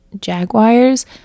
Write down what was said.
Jaguars